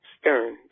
stern